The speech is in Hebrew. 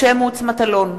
משה מטלון,